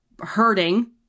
hurting